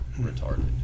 Retarded